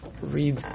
read